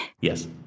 Yes